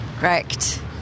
Correct